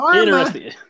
interesting